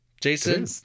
Jason